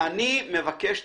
אני מבקש כך: